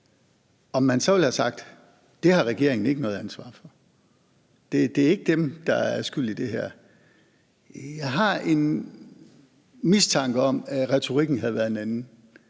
man så have sagt, at det har regeringen ikke noget ansvar for, det er ikke dem, der er skyld i det her? Jeg har en mistanke om, at retorikken havde været en anden.